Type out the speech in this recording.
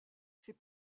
ses